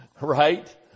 right